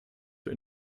für